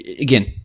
again